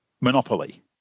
Monopoly